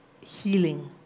healing